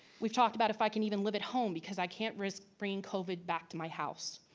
we've talked about if i can even live at home because i can't risk bringing covid back to my house.